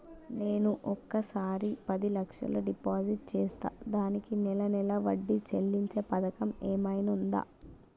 నేను ఒకేసారి పది లక్షలు డిపాజిట్ చేస్తా దీనికి నెల నెల వడ్డీ చెల్లించే పథకం ఏమైనుందా?